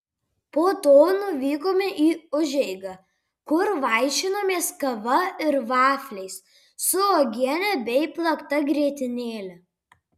po to nuvykome į užeigą kur vaišinomės kava ir vafliais su uogiene bei plakta grietinėle